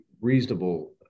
reasonable